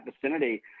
vicinity